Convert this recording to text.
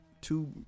two